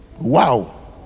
wow